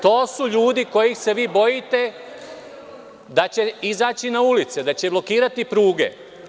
To su ljudi kojih se vi bojite, bojite se da će izaći na ulice, da će blokirati pruge.